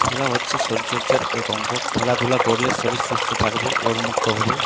খেলা হচ্ছে শরীরচর্চার এক অঙ্গ খেলাধুলা করলে শরীর সুস্থ থাকবে রোগ মুক্ত হবে